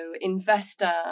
investor